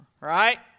right